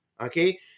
okay